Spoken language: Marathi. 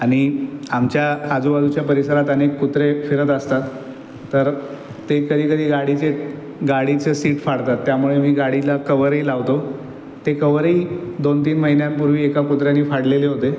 आणि आमच्या आजूबाजूच्या परिसरात अनेक कुत्रे फिरत असतात तर ते कधीकधी गाडीचे गाडीचं सीट फाडतात त्यामुळे मी गाडीला कव्हरही लावतो ते कव्हरही दोनतीन महिन्यापूर्वी एका कुत्र्याने फाडलेले होते